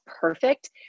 perfect